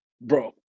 Bro